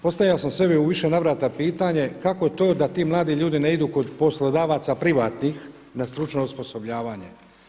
Postavio sam sebi u više navrata pitanje kako to da ti mladi ljudi ne idu kod poslodavaca privatnih na stručno osposobljavanje.